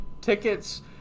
tickets